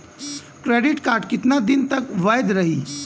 Credit card कितना दिन तक वैध रही?